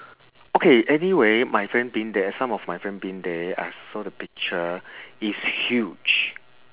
okay anyway my friend been there some of my friend been there I saw the picture it's huge